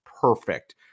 perfect